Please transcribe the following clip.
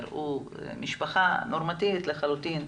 הראו משפחה נורמטיבית לחלוטין,